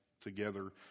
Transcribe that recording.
together